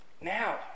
Now